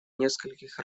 нескольких